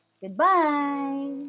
Goodbye